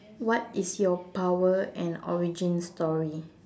what is your power and origin story